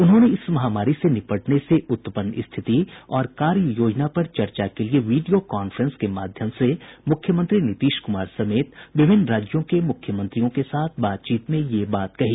उन्होंने इस महामारी से निपटने से उत्पन्न स्थिति और कार्य योजना पर चर्चा के लिए वीडियो कांफ्रेंस के माध्यम से मुख्यमंत्री नीतीश कुमार समेत विभिन्न राज्यों के मुख्यमंत्रियों के साथ बातचीत में ये बात कही